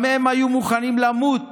גם הם היו מוכנים למות